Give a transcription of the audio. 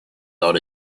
not